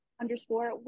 underscore